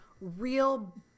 real